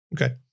Okay